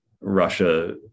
Russia